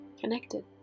Connected